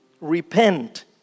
Repent